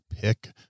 pick